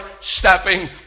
stepping